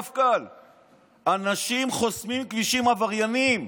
אנשים חוסמים כבישים, עבריינים,